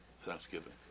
Thanksgiving